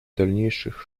дальнейших